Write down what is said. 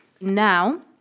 now